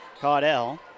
Caudell